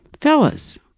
Fellas